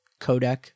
codec